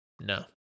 no